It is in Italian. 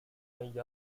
negli